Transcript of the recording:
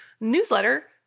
newsletter